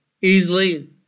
easily